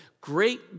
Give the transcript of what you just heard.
great